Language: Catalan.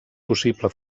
possible